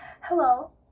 Hello